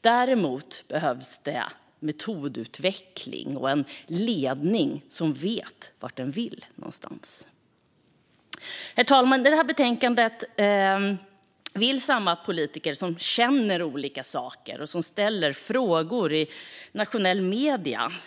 Däremot behövs det metodutveckling och en ledning som vet vad den vill. Herr talman! I det här betänkandet uttrycker samma politiker, som känner olika saker och som ställer frågor i nationella medier,